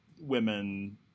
women